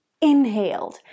inhaled